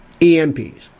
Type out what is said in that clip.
EMPs